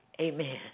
Amen